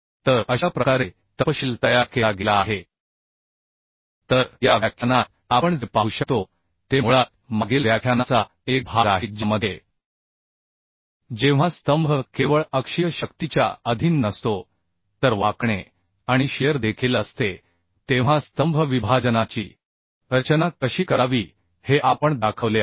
तर अशा प्रकारे तपशील तयार केला गेला आहे तर या व्याख्यानात आपण जे पाहू शकतो ते मुळात मागील व्याख्यानाचा एक भाग आहे ज्यामध्ये जेव्हा स्तंभ केवळ अक्षीय शक्तीच्या अधीन नसतो तर वाकणे आणि शिअर देखील असते तेव्हा स्तंभ विभाजनाची रचना कशी करावी हे आपण दाखवले आहे